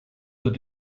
were